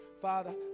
Father